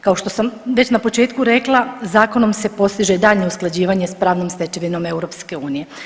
Kao što sam već na početku rekla, zakonom se postiže daljnje usklađivanje s pravnom stečevinom EU.